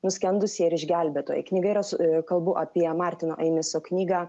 nuskendusieji ir išgelbėtojai knyga yra su kalbu apie martino einiso knygą